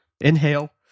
inhale